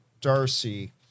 Darcy